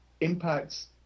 impacts